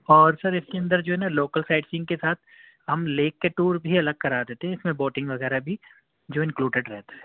اور سر اِس کے اندر جو ہے نا لوکل سائٹ سینگ کے ساتھ ہم لیک کے ٹور بھی الگ کرا دیتے ہیں اِس میں بوٹنگ وغیرہ بھی جو ہے انکلوڈیڈ رہتا ہے